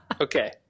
okay